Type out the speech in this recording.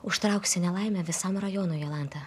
užtrauksi nelaimę visam rajonui jolanta